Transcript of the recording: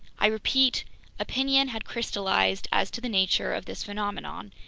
i repeat opinion had crystallized as to the nature of this phenomenon,